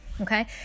Okay